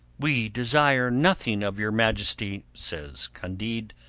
we desire nothing of your majesty, says candide,